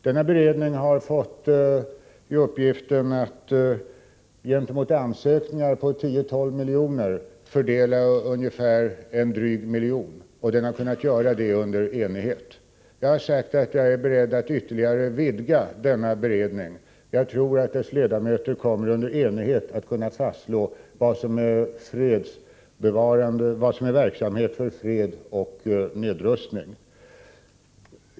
Denna beredning har fått uppgiften att på grundval av ansökningar motsvarande 10-12 milj.kr. fördela en dryg miljon. Den har kunnat göra det under enighet. Jag har sagt att jag är beredd att ytterligare vidga denna beredning. Jag tror att dess ledamöter under enighet kommer att kunna fastslå vad som är verksamhet för fred och nedrustning.